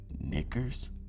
Knickers